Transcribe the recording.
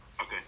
Okay